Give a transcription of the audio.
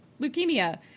leukemia